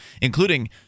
including